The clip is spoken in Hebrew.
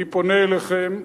אני פונה אליכם,